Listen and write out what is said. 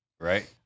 Right